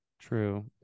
True